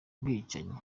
bwicanyi